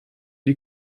die